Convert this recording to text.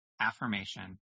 affirmation